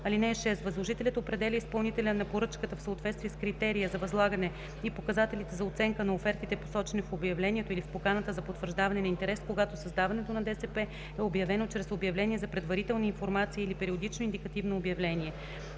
(6) Възложителят определя изпълнителя на поръчката в съответствие с критерия за възлагане и показателите за оценка на офертите, посочени в обявлението или в поканата за потвърждаване на интерес, когато създаването на ДСП е обявено чрез обявление за предварителна информация или периодично индикативно обявление.